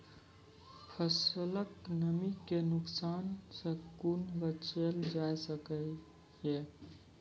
फसलक नमी के नुकसान सॅ कुना बचैल जाय सकै ये?